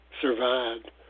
survived